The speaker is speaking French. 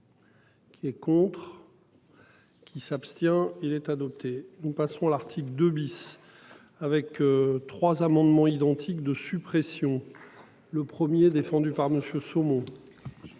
Qui et contre. Qui s'abstient. Il est adopté. Nous passerons l'article 2 bis. Avec trois amendements identiques de suppression. Le 1er défendue par Monsieur saumon.